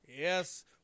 Yes